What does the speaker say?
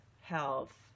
health